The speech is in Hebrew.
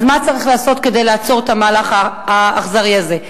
אז מה צריך לעשות כדי לעצור את המהלך האכזרי הזה?